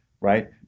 right